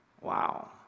Wow